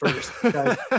first